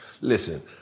listen